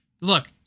Look